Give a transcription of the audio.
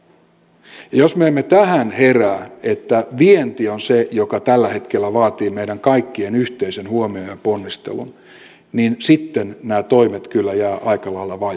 ja jos me emme tähän herää että vienti on se joka tällä hetkellä vaatii meidän kaikkien yhteisen huomion ja ponnistelun niin sitten nämä toimet kyllä jäävät aika lailla vajaiksi